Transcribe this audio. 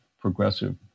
progressive